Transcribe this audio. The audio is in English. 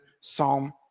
Psalm